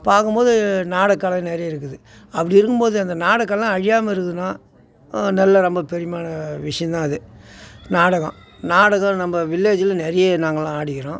பார்க்கும் போது நாடக கலை நிறைய இருக்குது அப்படி இருக்கும் போது அந்த நாடக கலைலாம் அழியாமல் இருக்குதுன்னால் நல்ல ரொம்ப பெரியமான விஷயம்தான் அது நாடகம் நாடகம் நம்ம வில்லேஜில் நிறைய நாங்களெலாம் ஆடிக்கிறோம்